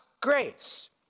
grace